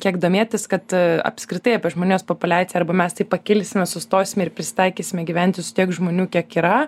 kiek domėtis kad apskritai apie žmonijos populiaciją arba mes taip pakilsime sustosime ir prisitaikysime gyventi su tiek žmonių kiek yra